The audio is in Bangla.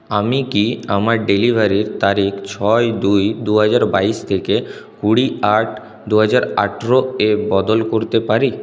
আমি কি আমার ডেলিভারির তারিখ ছয় দুই দু হাজার বাইশ থেকে কুড়ি আট দু হাজার আঠারো এ বদল করতে পারি